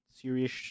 serious